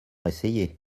essayé